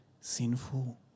sinful